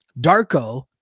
Darko